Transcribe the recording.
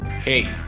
Hey